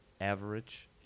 average